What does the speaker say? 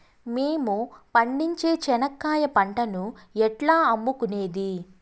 మేము పండించే చెనక్కాయ పంటను ఎట్లా అమ్ముకునేది?